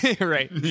right